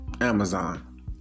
Amazon